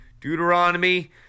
Deuteronomy